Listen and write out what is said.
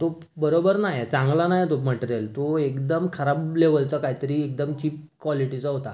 तो बरोबर नाही आहे चांगला नाही आहे तो मटेरिल तो एकदम खराब लेवलचा काहीतरी एकदम चिप कॉलीटीचा होता